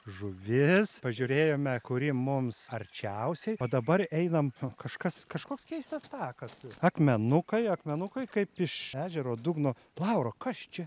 žuvis pažiūrėjome kuri mums arčiausiai o dabar einam kažkas kažkoks keistas takas akmenukai akmenukai kaip iš ežero dugno laura kas čia